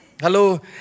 Hello